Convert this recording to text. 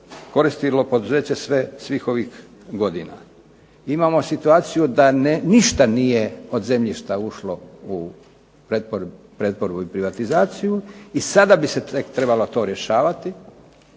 koristilo poduzeće svih ovih godina. Imamo situaciju da ništa nije od zemljišta ušlo u pretvorbu i privatizaciju i sada bi se tek trebalo to rješavati.